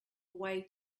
way